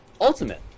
Ultimate